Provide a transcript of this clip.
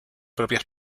propias